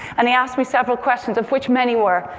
and he asked me several questions, of which many were,